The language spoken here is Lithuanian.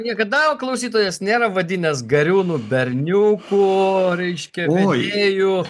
niekada klausytojas nėra vadinęs gariūnų berniuku reiškia vedėju